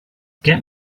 get